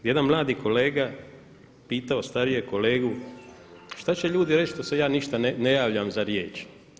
Jedan mladi kolega pitao starijeg kolegu, šta će ljudi reći što se ja ništa ne javljam za riječ.